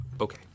okay